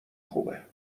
خوبه